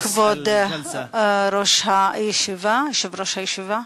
להלן תרגומם הסימולטני לעברית: כבוד יושב-ראש הישיבה